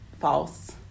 false